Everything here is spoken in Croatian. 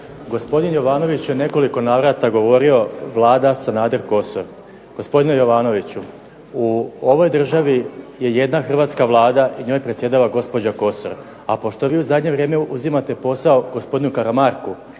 Gospodin Jovanović je u nekoliko navrata govorio Vlada, Sanader, Kosor. Gospodine Jovanoviću, u ovoj državi je jedna hrvatska Vlada i njoj predsjedava gospođa Kosor, a pošto vi u zadnje vrijeme uzimate posao gospodinu Karamarku,